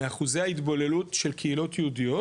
מאחוזי ההתבוללות של קהילות יהודיות